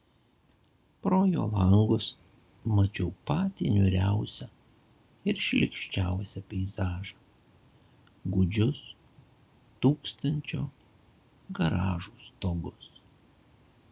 pro jo langus mačiau patį niūriausią ir šlykščiausią peizažą gūdžius tūkstančio garažų stogus